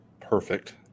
Perfect